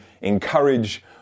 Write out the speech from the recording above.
encourage